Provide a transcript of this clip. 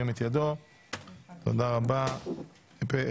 2. פה אחד.